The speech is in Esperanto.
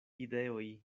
ideoj